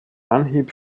anhieb